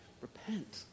Repent